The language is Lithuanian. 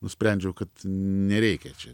nusprendžiau kad nereikia čia